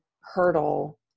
hurdle